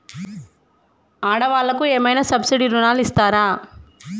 ఆడ వాళ్ళకు ఏమైనా సబ్సిడీ రుణాలు ఇస్తారా?